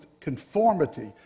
conformity